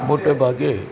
મોટે ભાગે